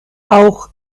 auch